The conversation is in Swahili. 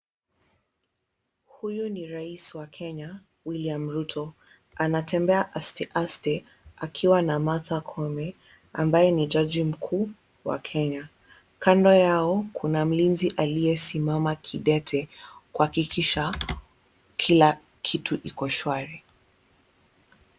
Huyu ni rais wa Kenya William Ruto. Anatembea aste aste akiwa na Martha Koome ambaye ni jaji mkuu wa Kenya. Kando yao kuna mlinzi aliyesimama kidete kuhakikisha kila kitu iko shwari.